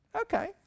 Okay